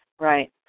Right